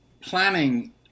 planning